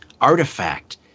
artifact